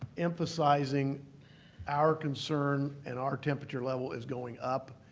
emphasizing our concern and our temperature level is going up,